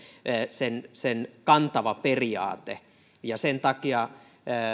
sen sen kantava periaate sen takia